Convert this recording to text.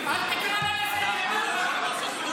אל תקרא לה לסדר אף פעם.